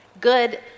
good